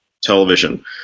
television